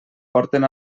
porten